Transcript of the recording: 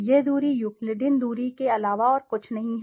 यह दूरी यूक्लिडियन दूरी के अलावा और कुछ नहीं है